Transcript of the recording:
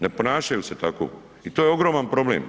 Ne ponašaju se tako i to je ogroman problem.